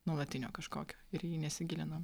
nuolatinio kažkokio ir į jį nesigilinom